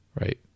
right